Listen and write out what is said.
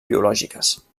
biològiques